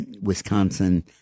Wisconsin